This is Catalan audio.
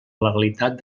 legalitat